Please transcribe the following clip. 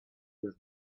his